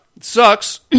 sucks